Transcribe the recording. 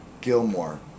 Gilmore